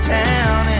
town